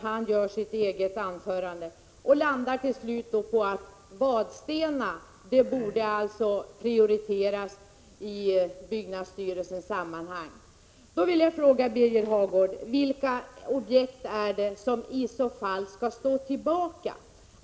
Till slut kom han fram till att Vadstena borde prioriteras i byggnadsstyrelsens sammanhang. Jag vill då fråga Birger Hagård: Vilka objekt skall i så fall stå tillbaka?